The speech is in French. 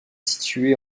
située